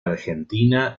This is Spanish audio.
argentina